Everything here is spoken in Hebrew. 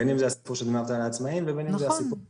בין אם זה הסיפור של דמי אבטלה לעצמאים ובין אם זה הסיפור של